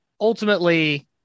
ultimately